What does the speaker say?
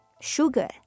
Sugar